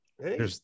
hey